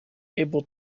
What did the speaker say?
able